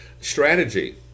strategy